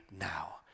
now